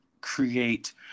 create